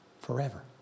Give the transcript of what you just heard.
forever